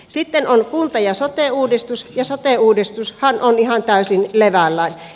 sitten on kunta ja sote uudistus ja sote uudistushan on ihan täysin levällään